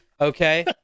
okay